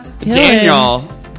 Daniel